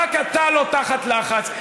רק אתה לא תחת לחץ.